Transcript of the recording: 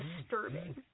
disturbing